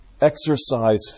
exercise